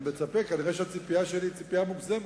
אני מצפה, כנראה שהציפייה שלי היא ציפייה מוגזמת.